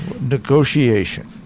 Negotiation